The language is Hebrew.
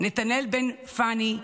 נתנאל בן פאני,